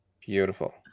beautiful